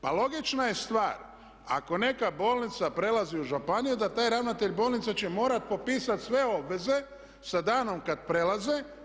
Pa logična je stvar ako neka bolnica prelazi u županiju da taj ravnatelj bolnica će morati popisati sve obveze sa danom kada prelaze.